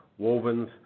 wovens